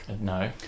No